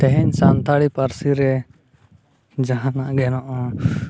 ᱛᱮᱦᱮᱧ ᱥᱟᱱᱛᱟᱲᱤ ᱯᱟᱹᱨᱥᱤ ᱨᱮ ᱡᱟᱦᱟᱱᱟᱜ ᱜᱮ ᱱᱚᱜᱼᱚᱭ